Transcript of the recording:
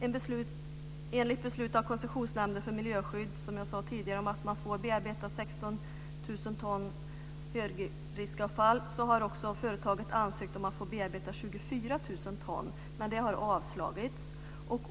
Enligt beslut av Koncessionsnämnden för miljöskydd, som jag nämnde tidigare, att man får bearbeta 16 000 ton högriskavfall har företaget också ansökt om att få bearbeta 24 000 ton, men det har avslagits.